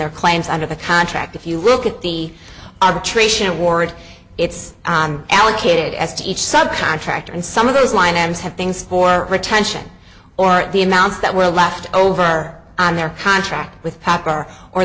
their claims under the contract if you look at the arbitration award it's allocated as to each sub contractor and some of those lines have things for retention or the amounts that were left over on their contract with packer or